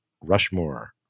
Rushmore